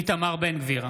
איתמר בן גביר,